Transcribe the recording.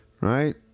right